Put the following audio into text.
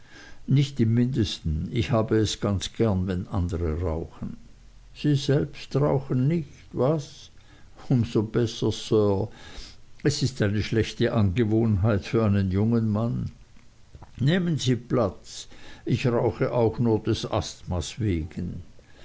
nicht im mindesten ich habe es ganz gern wenn andere rauchen sie selbst rauchen nicht was um so besser sir es ist eine schlechte angewohnheit für einen jungen mann nehmen sie platz ich rauche auch nur des asthmas wegen